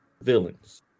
villains